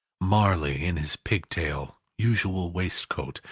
marley in his pigtail, usual waistcoat,